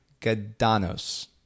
Gadanos